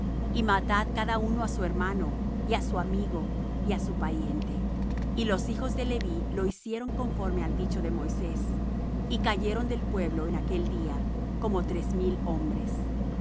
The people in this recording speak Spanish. y matad cada uno á su hermano y á su amigo y á su pariente y los hijos de leví lo hicieron conforme al dicho de moisés y cayeron del pueblo en aquel día como tres mil hombres